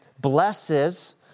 blesses